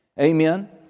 Amen